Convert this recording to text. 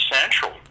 central